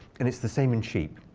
and it's the same in sheep.